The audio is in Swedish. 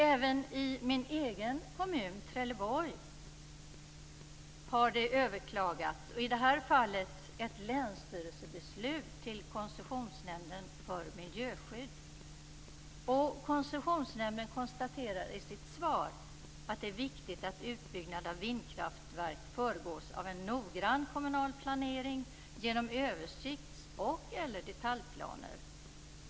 Även i min egen kommun, Trelleborg, har man överklagat. I det här fallet är det fråga om ett länsstyrelsebeslut som har överklagats till Koncessionsnämnden för miljöskydd. Koncessionsnämnden konstaterar i sitt svar att det är viktigt att utbyggnad av vindkraftverk föregås av en noggrann kommunal planering genom översikts och/eller detaljplaner.